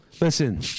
Listen